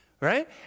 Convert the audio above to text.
right